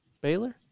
Baylor